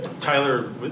Tyler